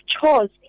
chores